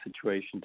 situation